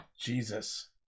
Jesus